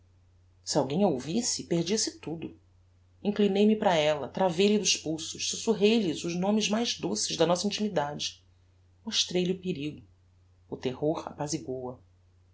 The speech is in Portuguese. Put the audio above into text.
se alguem a ouvisse perdia-se tudo inclinei-me para ella travei lhe dos pulsos susurrei lhe os nomes mais doces da nossa intimidade mostrei-lhe o perigo o terror